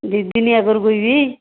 ଦୁଇ ଦିନ ଆଗରୁ କହିବି